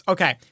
Okay